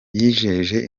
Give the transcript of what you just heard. yijeje